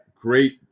great